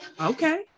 Okay